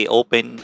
open